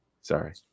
Sorry